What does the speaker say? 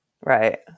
Right